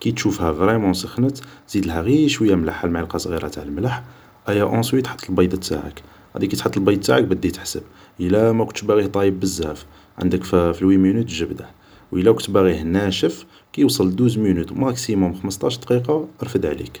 كي تشوفها سخنت زيدلها شوية ملح واون سويت حط البيضة تاعك غادي كي تحط البيض تاعك بدي تحسب، يلا ماكنتش باغيه طايب بزاف عندك في الوي مينوت وجبده ويلا كنت باغيه ناشف كي يوصل دوز مينوت ماكسيموم خمسطاش دقيقة رفد عليك